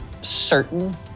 certain